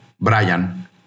Brian